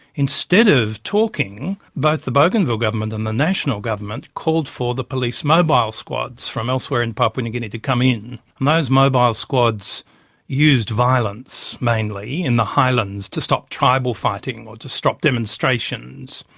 instead of talking, both the bougainville government and the national government called for the police mobile squads from elsewhere in papua new guinea to come in. and those mobile squads used violence mainly in the highlands to stop tribal fighting or to stop demonstrations.